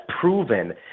proven